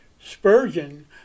Spurgeon